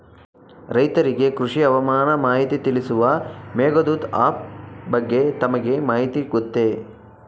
ರೈತರಿಗೆ ಕೃಷಿ ಹವಾಮಾನ ಮಾಹಿತಿ ತಿಳಿಸುವ ಮೇಘದೂತ ಆಪ್ ಬಗ್ಗೆ ತಮಗೆ ಮಾಹಿತಿ ಗೊತ್ತೇ?